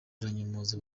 aranyomoza